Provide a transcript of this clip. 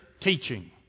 teaching